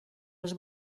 els